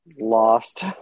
lost